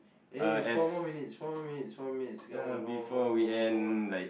eh four more minutes four more minutes four more minutes come on come on come on come on come on